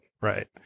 Right